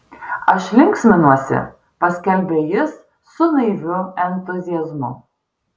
aš linksminuosi paskelbė jis su naiviu entuziazmu